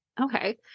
Okay